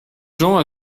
gens